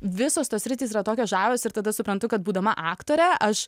visos tos sritys yra tokios žavios ir tada suprantu kad būdama aktore aš